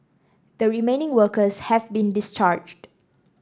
the remaining workers have been discharged